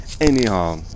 Anyhow